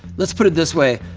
let's put it this way.